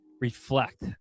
reflect